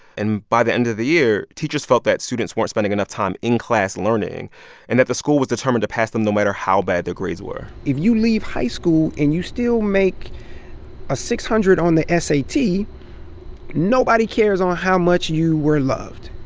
and by the end of the year, teachers felt that students weren't spending enough time in class learning and that the school was determined to pass them no matter how bad their grades were if you leave high school and you still make a six hundred on the sat, nobody cares on how much you were loved.